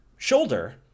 Shoulder